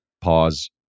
Pause